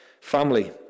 family